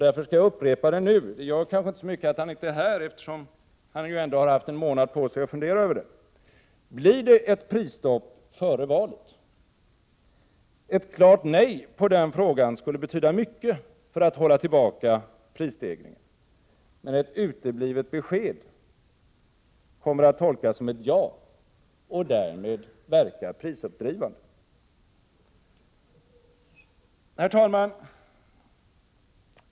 Därför skall jag upprepa den nu — det gör kanske inte så mycket att han inte är här, eftersom han ändå haft en månad på sig att fundera över den: Blir det ett prisstopp före valet? Ett klart nej på den frågan skulle betyda mycket när det gäller att hålla tillbaka prisstegringen. Ett uteblivet besked kommer att tolkas som ett ja och därmed verka prisuppdrivande. Herr talman!